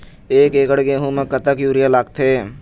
एक एकड़ गेहूं म कतक यूरिया लागथे?